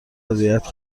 هدایت